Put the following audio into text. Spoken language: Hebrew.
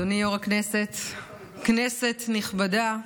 אדוני יו"ר הישיבה, כנסת נכבדה,